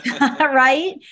Right